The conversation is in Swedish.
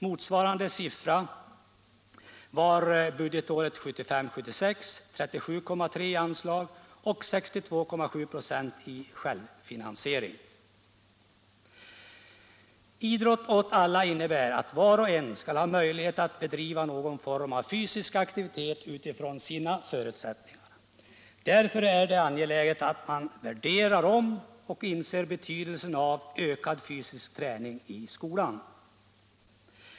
Motsvarande siffra var för budgetåret 1975/76 37,3 96 i anslag och 62,7 96 i självfinansiering. Idrott åt alla innebär att var och en skall ha möjlighet att bedriva någon form av fysisk aktivitet enligt sina egna förutsättningar. Därför är det angeläget att man värderar om och inser betydelsen av ökad fysisk träning i skolan.